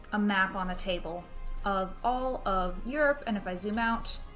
a map on a table of all of europe, and if i zoom out,